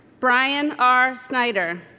brian r. snyder